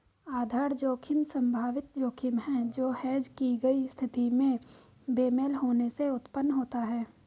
आधार जोखिम संभावित जोखिम है जो हेज की गई स्थिति में बेमेल होने से उत्पन्न होता है